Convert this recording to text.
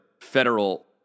federal